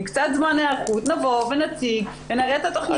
עם קצת זמן היערכות נבוא ונציג ונראה את התוכניות.